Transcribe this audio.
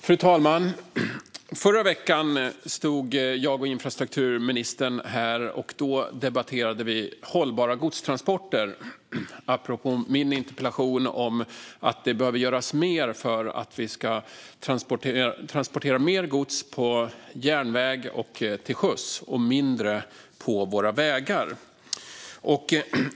Fru talman! Förra veckan stod infrastrukturministern och jag här och debatterade hållbara godstransporter apropå min interpellation om att det behöver göras mer för att vi ska transportera mer gods på järnväg och till sjöss och mindre på vägarna.